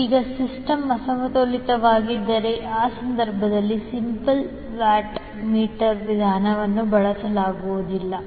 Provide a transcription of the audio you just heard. ಈಗ ಸಿಸ್ಟಮ್ ಅಸಮತೋಲಿತವಾಗಿದ್ದರೆ ಆ ಸಂದರ್ಭದಲ್ಲಿ ಸಿಂಗಲ್ ವ್ಯಾಟ್ ಮೀಟರ್ ವಿಧಾನವನ್ನು ಬಳಸಲಾಗುವುದಿಲ್ಲ